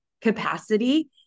capacity